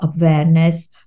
awareness